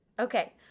Okay